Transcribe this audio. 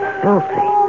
filthy